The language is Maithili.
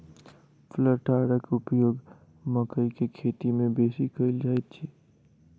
प्लांटरक उपयोग मकइ के खेती मे बेसी कयल जाइत छै